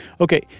Okay